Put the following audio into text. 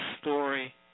story